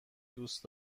دوست